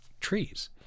trees